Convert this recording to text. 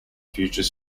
future